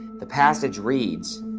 the passage reads,